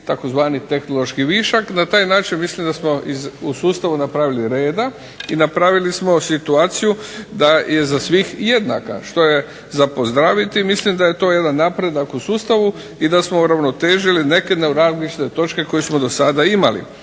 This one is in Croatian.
tzv. tehnološki višak. Na taj način mislim da smo u sustavu napravili reda i napravili smo situaciju da je za sve jednaka što je za pozdraviti i mislim da je to jedan napredak u sustavu i da smo uravnotežili neke neuralgične točke koje smo do sada imali.